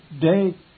day